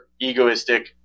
egoistic